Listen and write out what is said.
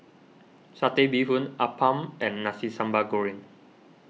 Satay Bee Hoon Appam and Nasi Sambal Goreng